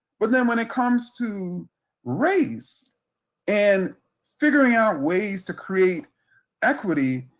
but then when it comes to race and figuring out ways to create equity,